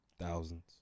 Thousands